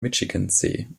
michigansee